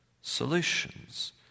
solutions